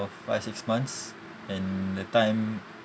five six months and the time